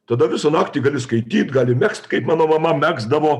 tada visą naktį gali skaityt gali megzt kaip mano mama megzdavo